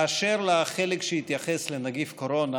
באשר לחלק שהתייחס לנגיף קורונה,